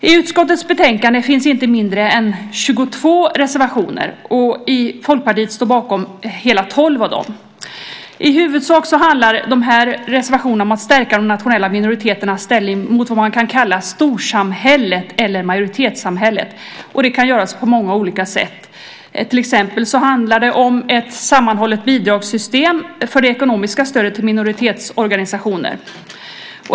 I utskottets betänkande finns det inte mindre än 22 reservationer, och Folkpartiet står bakom hela 12 av dem. I huvudsak handlar dessa reservationer om att stärka de nationella minoriteternas ställning mot vad man kan kalla storsamhället eller majoritetssamhället. Och det kan göras på många olika sätt. Till exempel handlar det om ett sammanhållet bidragssystem för det ekonomiska stödet till minoritetsorganisationer.